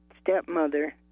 stepmother